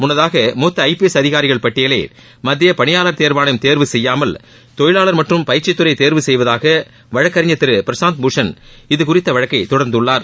முன்னதாக மூத்த I P S அதிகாரிகளின் பட்டியலை மத்திய பணியாளர் தேர்வாணையம் தேர்வு செய்யாமல் தொழிவாளர் மற்றும் பயிற்சித்துறை தேர்வு செய்வதாக வழக்கறிஞர் திரு பிரசாந்த் பூஷண் இதுகுறித்த வழக்கை தொடர்ந்துள்ளார்